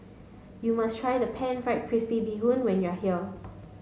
you must try the Pan Fried Crispy Bee Hoon when you are here